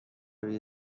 روی